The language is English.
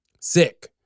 Sick